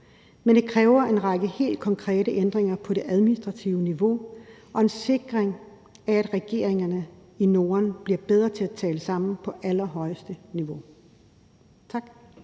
Men det kræver en række helt konkrete ændringer på det administrative niveau og en sikring af, at regeringerne i Norden bliver bedre til at tale sammen på allerhøjeste niveau. Tak.